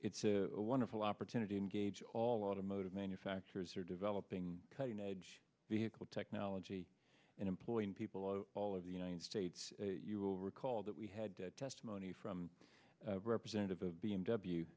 it's a wonderful opportunity engage all automotive manufacturers are developing cutting edge vehicle technology and employing people of all of the united states you will recall that we had testimony from representative of b